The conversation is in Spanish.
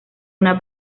una